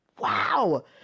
wow